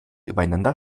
übereinander